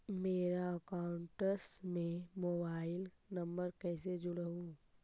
मेरा अकाउंटस में mobile number कैसे जुड़उ?